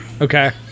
Okay